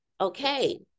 Okay